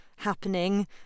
happening